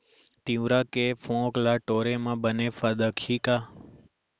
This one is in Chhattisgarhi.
तिंवरा के फोंक ल टोरे म बने फदकही का?